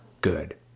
good